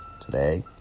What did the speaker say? today